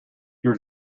your